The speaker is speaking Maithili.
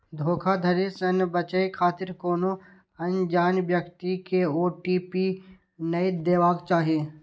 धोखाधड़ी सं बचै खातिर कोनो अनजान व्यक्ति कें ओ.टी.पी नै देबाक चाही